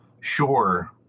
sure